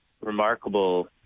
remarkable